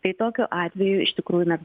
tai tokiu atveju iš tikrųjų na